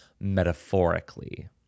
metaphorically